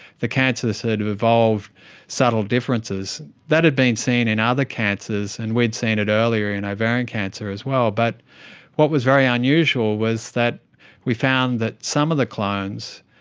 the cancer sort of evolved subtle differences. that had been seen in other cancers and we'd seen it earlier in ovarian cancer as well. but what was very unusual was that we found that some of the clones